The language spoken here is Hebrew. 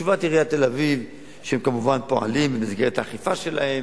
תשובת עיריית תל-אביב היא שהם כמובן פועלים במסגרת האכיפה שלהם,